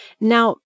Now